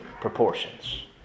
proportions